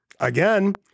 Again